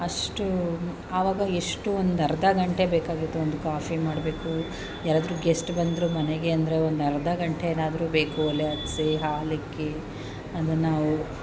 ಅಷ್ಟು ಆವಾಗ ಎಷ್ಟು ಒಂದರ್ಧ ಗಂಟೆ ಬೇಕಾಗುತ್ತೆ ಒಂದು ಕಾಫಿ ಮಾಡಬೇಕು ಯಾರಾದರೂ ಗೆಸ್ಟ್ ಬಂದರು ಮನೆಗೆ ಅಂದರೆ ಒಂದರ್ಧ ಗಂಟೆಯಾದರೂ ಬೇಕು ಒಲೆ ಹೊತ್ಸಿ ಹಾಲಿಕ್ಕಿ ಅದನ್ನ ನಾವು